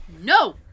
No